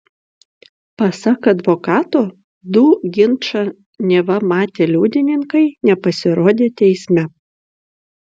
pasak advokato du ginčą neva matę liudininkai nepasirodė teisme